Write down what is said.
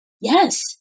Yes